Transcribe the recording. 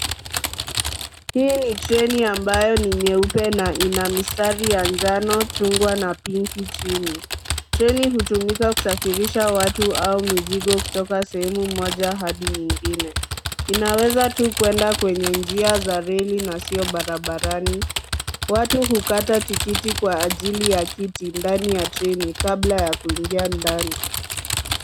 Hii ni treni ambayo ni nyeupe na ina mistari ya njano, chungwa na pinki chini. Treni hutumika kusafirisha watu au mizigo kutoka sehemu moja hadi nyingine. Inaweza tu kwenda kwenye njia za reli na sio barabarani. Watu hukata tikiti kwa ajili ya kiti ndani ya treni kabla ya kuingia ndani.